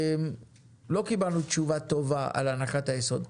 לא קיבלנו תשובה טובה על הנחת היסוד הזאת.